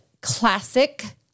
classic